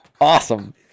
Awesome